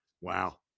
Wow